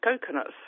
coconuts